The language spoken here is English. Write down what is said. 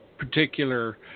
particular